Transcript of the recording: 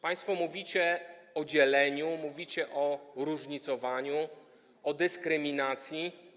Państwo mówicie o dzieleniu, mówicie o różnicowaniu, o dyskryminacji.